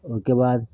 ओहिके बाद